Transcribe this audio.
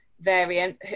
variant